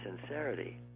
sincerity